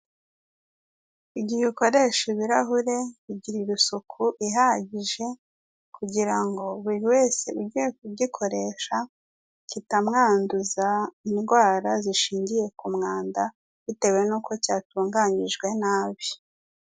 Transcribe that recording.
Igihe ukoresha ibirahure ugirira isuku ihagije, kugirango buri wese ugiye kugikoresha kitamwanduza indwara zishingiye ku mwanda, bitewe nuko cyatunganijwe nabi.